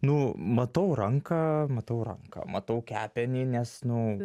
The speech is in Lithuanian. nu matau ranką matau ranką matau kepenį nes nu